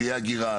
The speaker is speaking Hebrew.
שתהיה אגירה,